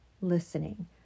listening